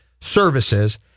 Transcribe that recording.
services